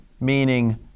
meaning